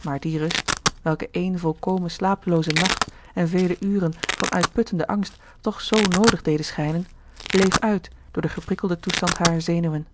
maar die rust welke één volkomen slapelooze nacht en vele uren van uitputtenden angst toch zoo noodig deden schijnen bleef uit door den geprikkelden toestand harer zenuwen